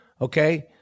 okay